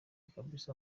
kabisa